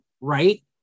right